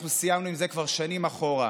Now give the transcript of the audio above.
אנחנו סיימנו עם זה כבר שנים אחורה.